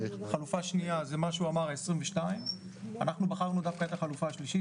החלופה השנייה זה מה שהוא אמר 22'. אנחנו בחרנו דווקא את החלופה השלישית,